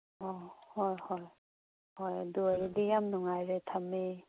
ꯑꯣ ꯍꯣꯏ ꯍꯣꯏ ꯍꯣꯏ ꯑꯗꯨ ꯑꯣꯏꯔꯗꯤ ꯌꯥꯝ ꯅꯨꯡꯉꯥꯏꯔꯦ ꯊꯝꯃꯦ